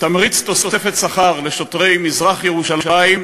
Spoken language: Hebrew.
תמריץ תוספת שכר לשוטרי מזרח-ירושלים,